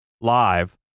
live